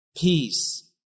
peace